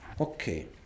Okay